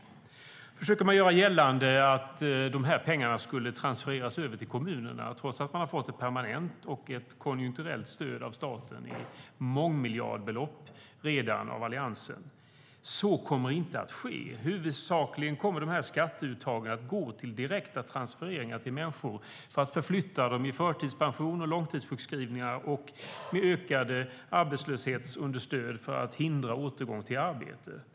Man försöker göra gällande att de här pengarna skulle transfereras till kommunerna, trots att de redan har fått ett permanent och konjunkturellt stöd av staten, ett mångmiljardbelopp av Alliansen. Så kommer inte att ske. Huvudsakligen kommer de här skatteuttagen att gå till direkta transfereringar till människor som förflyttas till förtidspension och långtidssjukskrivningar och får ökade arbetslöshetsunderstöd för att återgången till arbete ska hindras.